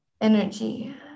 energy